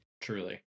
truly